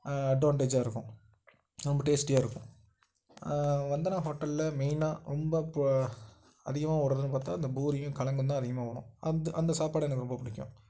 அட்வான்டேஜாக இருக்கும் ரொம்ப டேஸ்ட்டியாக வந்தனா ஹோட்டலில் மெயினாக ரொம்ப இப்போ அதிகமாக ஓடுறதுன்னு பார்த்தா அந்த பூரியும் கெழங்கும் தான் அதிகமாக ஓடும் அந்த அந்த சாப்பாடு எனக்கு ரொம்ப பிடிக்கும்